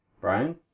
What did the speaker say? Brian